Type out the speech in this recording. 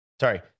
Sorry